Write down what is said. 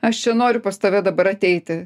aš čia noriu pas tave dabar ateiti